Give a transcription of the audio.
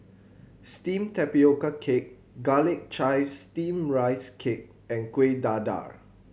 steamed tapioca cake Garlic Chives Steamed Rice Cake and Kuih Dadar